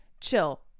chill